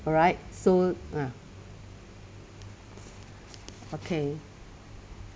alright so ah okay